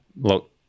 look